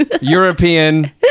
european